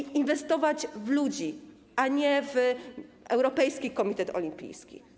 Trzeba inwestować w ludzi, a nie w Europejski Komitet Olimpijski.